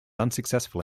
unsuccessful